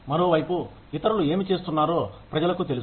మరోవైపు ఇతరులు ఏమి చేస్తున్నారో ప్రజలకు తెలుసు